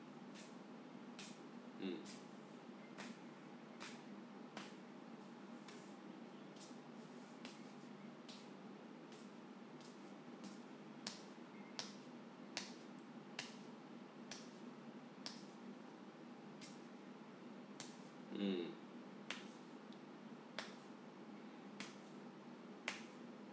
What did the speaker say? mm mm